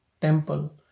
temple